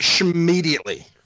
immediately